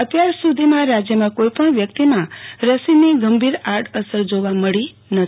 અત્યારસુ ધીમાં રાજ્યમાં કોઇપણ વ્યક્તિમાં રસીની ગંભીર આડઅસર જોવા મળી નથી